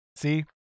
See